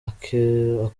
akoreramo